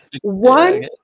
one